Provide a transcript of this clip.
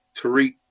Tariq